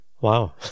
Wow